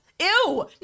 ew